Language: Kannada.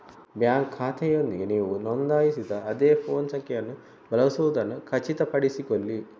ಬ್ಯಾಂಕ್ ಖಾತೆಯೊಂದಿಗೆ ನೀವು ನೋಂದಾಯಿಸಿದ ಅದೇ ಫೋನ್ ಸಂಖ್ಯೆಯನ್ನು ಬಳಸುವುದನ್ನು ಖಚಿತಪಡಿಸಿಕೊಳ್ಳಿ